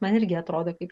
man irgi atrodo kaip